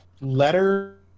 Letter